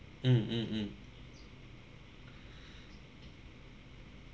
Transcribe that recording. mm mm mm